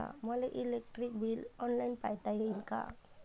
मले electric bill online पायता येईन का?